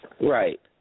Right